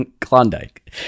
Klondike